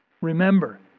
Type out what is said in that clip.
Remember